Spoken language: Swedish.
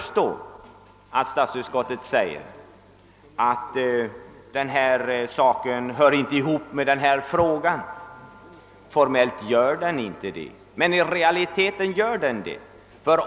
Statsutskottet säger att den sak, som här har tagits upp, inte hör ihop med det ärende som behandlas. Ja, formellt gör den kanske inte det, men i realiteten gör den det.